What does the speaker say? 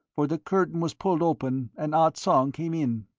for the curtain was pulled open and ah tsong came in.